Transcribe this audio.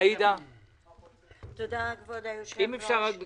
אם אפשר רק בקצרה.